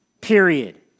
Period